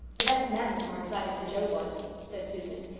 the best man was more excited than joe was, said susan.